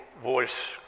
voice